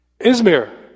Izmir